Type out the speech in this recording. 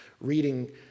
reading